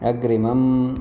अग्रिमम्